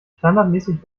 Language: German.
standardmäßig